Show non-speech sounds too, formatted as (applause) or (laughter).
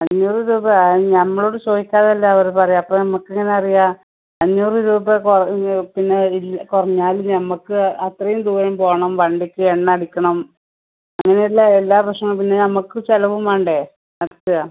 അഞ്ഞൂറ് രൂപ ഞമ്മളോട് ചോദിക്കാതല്ലേ അവർ പറയാ അപ്പം നമുക്കെങ്ങനറിയാം അഞ്ഞൂറ് രൂപ പിന്നെ കുറഞ്ഞാൽ നമുക്ക് അത്രയും ദൂരം പോകണം വണ്ടിക്ക് എണ്ണ അടിക്കണം അങ്ങനെയുള്ള എല്ലാ പ്രശ്നം പിന്നെ നമുക്ക് ചിലവും വേണ്ടേ (unintelligible)